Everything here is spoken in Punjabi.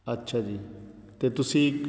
ਅੱਛਾ ਜੀ ਅਤੇ ਤੁਸੀਂ